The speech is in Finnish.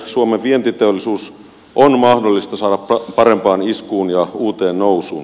suomen vientiteollisuus on mahdollista saada parempaan iskuun ja uuteen nousuun